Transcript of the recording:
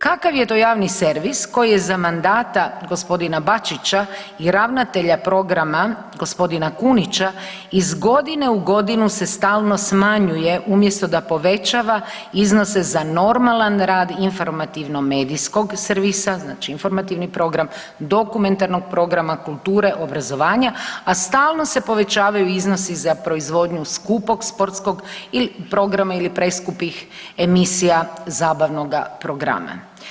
Kakav je to javni servis koji je za mandata g. Bačića i ravnatelja programa g. Kunića iz godine u godinu se stalno smanjuje umjesto da povećava iznose za normalan rad informativno medijskog servisa, znači informativni program, dokumentarnog programa, kulture, obrazovanja, a stalno se povećavaju iznosi za proizvodnju skupog sportskog programa ili preskupih emisija zabavnoga programa.